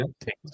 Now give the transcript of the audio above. take